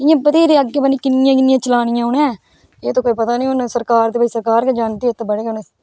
इयां बत्हेरियां अग्गैं पता नी किन्नियां किन्नियां चलानियां उनैं एहे ते कोई पता नी सरकारदा सरकार गै जानादी